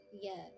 Yes